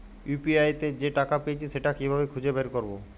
UPI তে যে টাকা পেয়েছি সেটা কিভাবে খুঁজে বের করবো?